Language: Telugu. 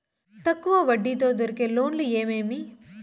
తక్కువ వడ్డీ తో దొరికే లోన్లు ఏమేమీ?